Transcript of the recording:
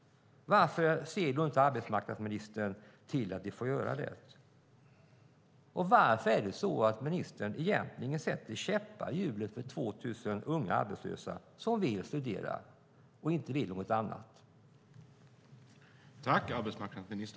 Varför sätter ministern käppar i hjulet för 2 000 unga arbetslösa som vill studera, som inte vill något annat?